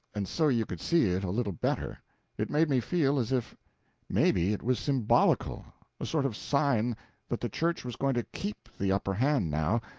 and so you could see it a little better it made me feel as if maybe it was symbolical a sort of sign that the church was going to keep the upper hand now,